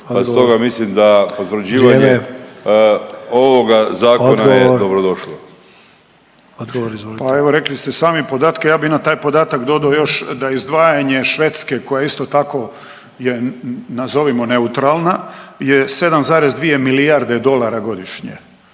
odgovor izvolite. **Cappelli, Gari (HDZ)** Pa evo rekli ste i sami podatke, ja bi na taj podatak dodao još da izdvajanje Švedske koja je isto tako je nazovimo neutralna je 7,2 milijarde dolara godišnje.